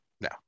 No